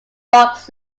box